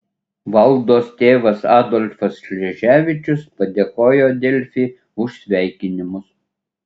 valdos tėvas adolfas šleževičius padėkojo delfi už sveikinimus